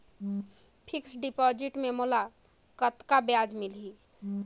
Fixed deposit मे मोला कतका ब्याज मिलही?